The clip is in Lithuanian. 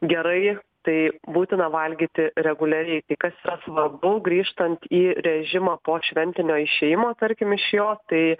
gerai tai būtina valgyti reguliariai tai kas yra svarbu grįžtant į režimą po šventinio išėjimo tarkim iš jo tai